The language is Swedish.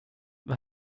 vad